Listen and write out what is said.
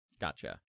Gotcha